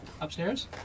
Upstairs